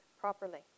properly